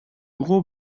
gros